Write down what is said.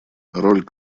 роль